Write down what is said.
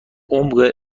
عمق